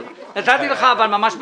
נתתי לך, אבל ממש בקצרה.